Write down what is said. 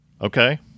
Okay